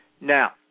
Now